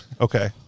Okay